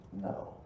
No